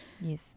Yes